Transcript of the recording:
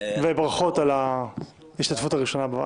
ברכות על ההשתתפות הראשונה בוועדה.